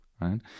right